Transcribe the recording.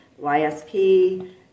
YSP